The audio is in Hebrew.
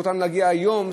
זכותם להגיע יום,